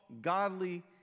godly